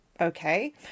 Okay